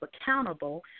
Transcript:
accountable